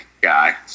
guy